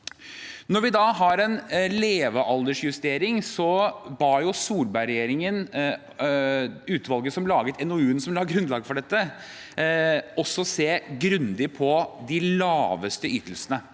Når vi da har en levealdersjustering, ba jo Solbergregjeringen utvalget som laget NOU-en som la grunnlaget for dette, om også å se grundig på de laveste ytelsene.